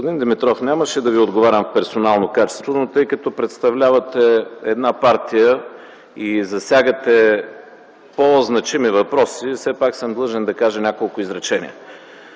Господин Димитров, нямаше да Ви отговарям в персонално качество, но тъй като представлявате една партия и засягате по-значими въпроси, все пак съм длъжен да кажа няколко изречения.